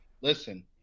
Listen